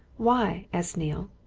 why? asked neale.